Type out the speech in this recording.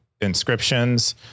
inscriptions